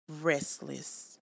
restless